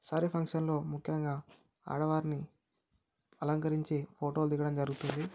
శారీ ఫంక్షన్లో ముఖ్యంగా ఆడవారిని అలంకరించి ఫోటోలు దిగడం జరుగుతుంది